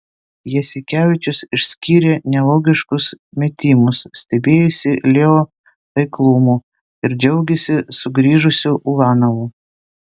jasikevičius išskyrė nelogiškus metimus stebėjosi leo taiklumu ir džiaugėsi sugrįžusiu ulanovu